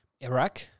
Iraq